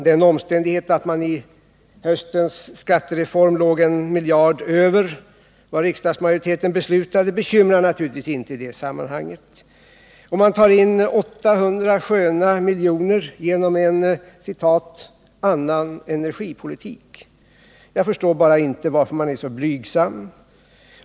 Den omständigheten att man vid höstens skattereform låg en miljard över vad riksdagsmajoriteten beslutade bekymrar naturligtvis inte i sammanhanget. Man tar in 800 sköna miljoner genom en ”annan energipolitik”, men jag förstår bara inte varför man är så blygsam.